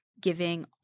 giving